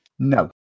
no